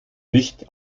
nicht